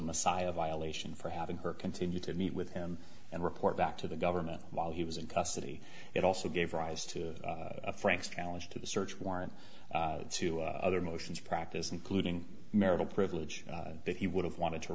messiah violation for having her continue to meet with him and report back to the government while he was in custody it also gave rise to frank's challenge to the search warrant to other motions practice including marital privilege that he would have wanted to